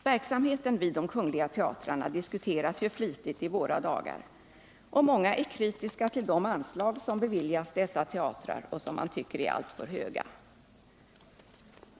Verksamheten vid de kungliga teatrarna diskuteras ju flitigt i våra dagar, och många är kritiska till anslag som beviljas dessa teatrar, då man tycker att anslagen är alltför höga.